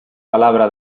palabra